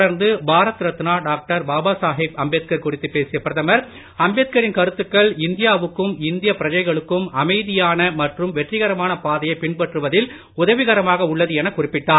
தொடர்ந்து பாரத ரத்னா டாக்டர் பாபாசாகேப் அம்பேத்கார் குறித்து பேசிய பிரதமர் அம்பேத்கரின் கருத்துக்கள் இந்தியாவுக்கும் இந்திய பிரஜைகளுக்கும் அமைதியான மற்றும் வெற்றிகரமான பாதையை பின்பற்றுவதில் உதவிகரமாக உள்ளது எனக் குறிப்பிட்டார்